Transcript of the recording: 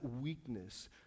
weakness